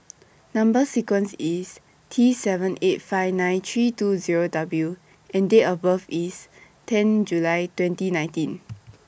Number sequence IS T seven eight five nine three two Zero W and Date of birth IS ten July twenty nineteen